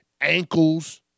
ankles